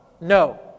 No